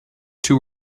two